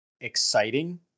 exciting